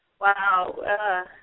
Wow